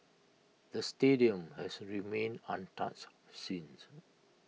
the stadium has remained untouched since